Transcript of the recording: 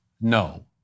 no